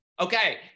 Okay